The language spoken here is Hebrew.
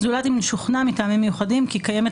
זולת אם שוכנע מטעמים מיוחדים כי קיימת